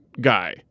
guy